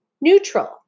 Neutral